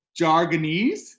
Jargonese